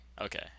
Okay